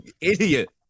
idiot